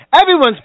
everyone's